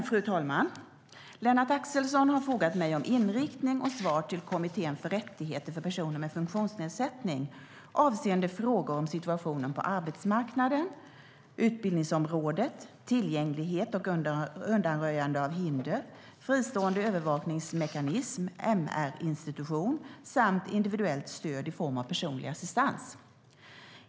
Fru talman! Lennart Axelsson har frågat mig om inriktning och svar till Kommittén för rättigheter för personer med funktionsnedsättning avseende frågor om situationen på arbetsmarknaden, utbildningsområdet, tillgänglighet och undanröjande av hinder, fristående övervakningsmekanism eller MR-institution samt individuellt stöd i form av personlig assistans.